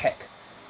hacked